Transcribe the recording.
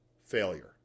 failure